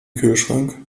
kühlschrank